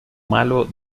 malo